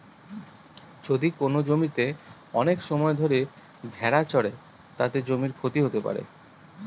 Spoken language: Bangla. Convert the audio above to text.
যদি কোনো জমিতে অনেক সময় ধরে ভেড়া চড়ে, তাতে জমির ক্ষতি হতে পারে